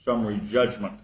summary judgment